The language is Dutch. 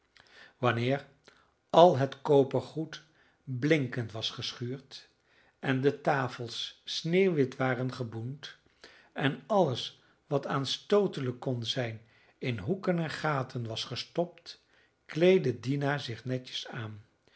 wanneer al het kopergoed blinkend was geschuurd en de tafels sneeuwwit waren geboend en alles wat aanstootelijk kon zijn in hoeken en gaten was gestopt kleedde dina zich netjes aan